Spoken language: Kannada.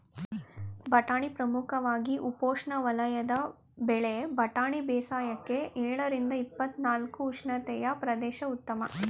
ಬಟಾಣಿ ಪ್ರಮುಖವಾಗಿ ಉಪೋಷ್ಣವಲಯದ ಬೆಳೆ ಬಟಾಣಿ ಬೇಸಾಯಕ್ಕೆ ಎಳರಿಂದ ಇಪ್ಪತ್ನಾಲ್ಕು ಅ ಉಷ್ಣತೆಯ ಪ್ರದೇಶ ಉತ್ತಮ